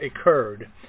occurred